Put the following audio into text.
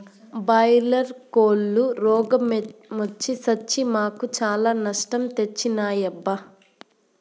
boiler కోల్లు రోగ మొచ్చి సచ్చి మాకు చాలా నష్టం తెచ్చినాయబ్బా